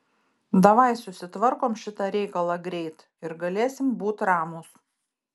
davai susitvarkom šitą reikalą greit ir galėsim būt ramūs